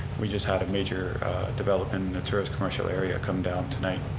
we just had a major development in the tourist commercial area come down tonight.